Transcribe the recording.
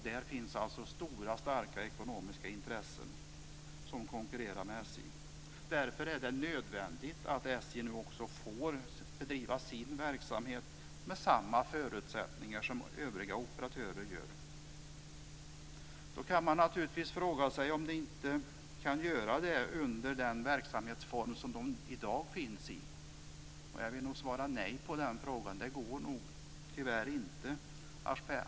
Där finns stora och starka ekonomiska intressen som konkurrerar med SJ. Därför är det nödvändigt att SJ nu också får bedriva sin verksamhet med samma förutsättningar som övriga operatörer. Då kan man naturligtvis fråga sig om SJ inte kan göra det under den verksamhetsform som det i dag har. Jag vill nog svara nej på den frågan. Det går tyvärr inte.